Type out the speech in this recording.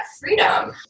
freedom